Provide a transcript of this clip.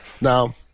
Now